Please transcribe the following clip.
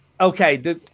okay